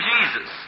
Jesus